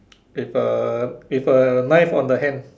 with a with a knife on the hand